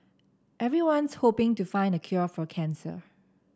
everyone's hoping to find the cure for cancer